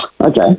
Okay